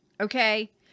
Okay